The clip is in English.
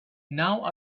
now